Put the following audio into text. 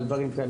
על דברים כאלה.